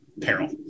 peril